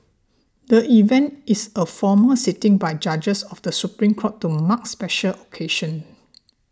the event is a formal sitting by judges of the Supreme Court to mark special occasions